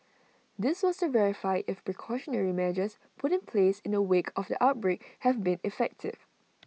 this was to verify if the precautionary measures put in place in the wake of the outbreak have been effective